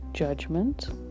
judgment